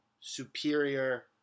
superior